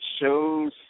shows